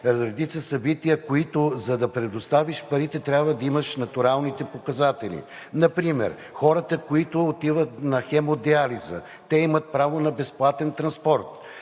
има редица събития, които, за да предоставиш парите, трябва да имаш натуралните показатели. Например хората, които отиват на хемодиализа, те имат право на безплатен транспорт.